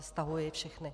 Stahuji je všechny.